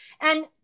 And-